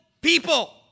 people